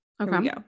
Okay